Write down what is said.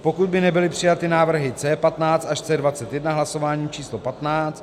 pokud by nebyly přijaty návrhy C15 až C21 hlasováním č. patnáct